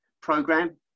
program